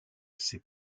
s’est